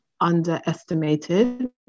underestimated